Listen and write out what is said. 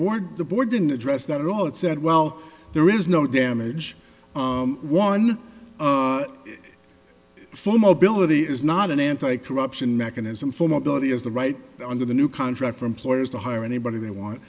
board the board didn't address that at all and said well there is no damage one full mobility is not an anti corruption mechanism for mobility is the right under the new contract for employers to hire anybody they want